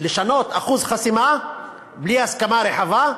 לשנות אחוז חסימה בלי הסכמה רחבה,